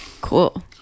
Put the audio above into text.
Cool